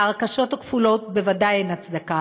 להרכשות הכפולות בוודאי אין הצדקה.